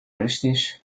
richtig